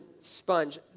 sponge